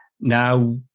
Now